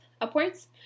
upwards